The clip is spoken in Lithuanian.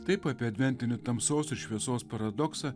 taip apie adventinį tamsos ir šviesos paradoksą